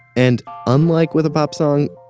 and unlike with a pop song,